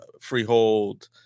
Freehold